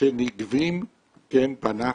שנגבים ברכב.